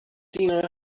tiener